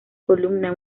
columna